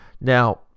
now